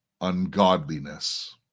ungodliness